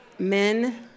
Men